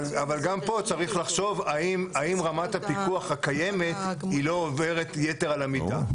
אבל גם פה צריך לחשוב אם רמת הפיקוח הקיימת לא עוברת יתר על המידה.